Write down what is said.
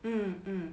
mm mm